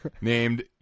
named